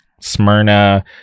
smyrna